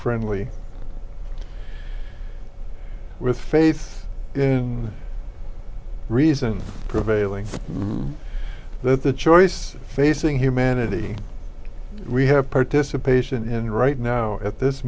friendly with faith reason prevailing that the choice facing humanity we have participation and right now at this